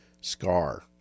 scar